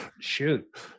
Shoot